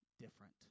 different